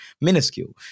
minuscule